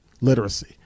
literacy